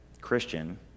christian